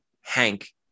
Hank